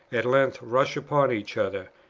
at length rush upon each other,